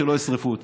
שלא ישרפו אותן.